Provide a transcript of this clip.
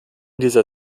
dieser